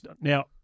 now